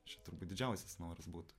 čia turbūt didžiausias noras būtų